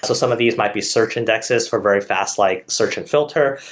so some of these might be search indexes for very fast like search and filter,